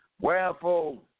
Wherefore